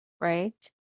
right